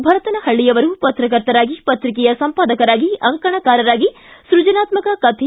ಭರತನಪಳ್ಳಿ ಅವರು ಪತ್ರಕರ್ತರಾಗಿ ಪತ್ರಿಕೆಯ ಸಂಪಾದಕರಾಗಿ ಅಂಕಣಕಾರರಾಗಿ ಸೃಜನಾತ್ಮಕ ಕಥೆ